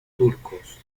turcos